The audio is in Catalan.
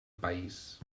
país